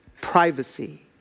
privacy